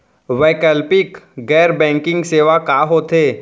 वैकल्पिक गैर बैंकिंग सेवा का होथे?